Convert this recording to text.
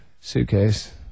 suitcase